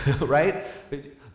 Right